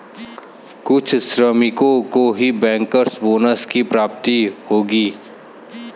कुछ श्रमिकों को ही बैंकर्स बोनस की प्राप्ति होगी